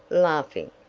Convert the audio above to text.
laughing.